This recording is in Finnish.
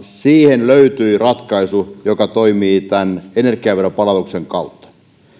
siihen löytyi ratkaisu joka toimii tämän energiaveron palautuksen kautta